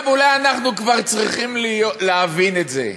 עכשיו אולי אנחנו כבר צריכים להבין את זה: